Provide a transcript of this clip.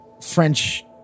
French